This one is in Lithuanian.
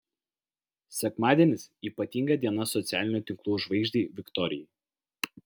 sekmadienis ypatinga diena socialinių tinklų žvaigždei viktorijai